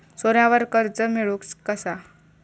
सोन्यावर कर्ज मिळवू कसा?